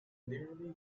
nearly